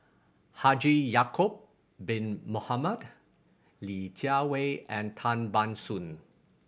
Haji Ya'acob Bin Mohamed Li Jiawei and Tan Ban Soon